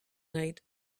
night